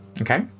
okay